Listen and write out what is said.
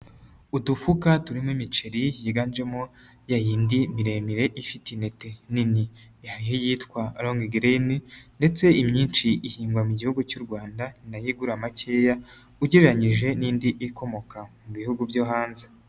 Udufuka turimo imiceri yiganjemo ya y'indi miremire ifite ineti nini ,hariho yitwa Long grain ndetse imyinshi ihingwa mu gihugu cy'u Rwanda, ni nayo igura makeya ugereranyije n'indi ikomoka mu bihugu byo hanze.